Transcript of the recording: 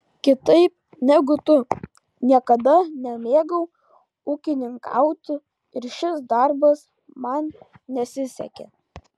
kitaip negu tu niekada nemėgau ūkininkauti ir šis darbas man nesisekė